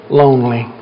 lonely